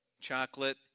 chocolate